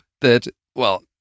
that—well—